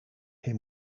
him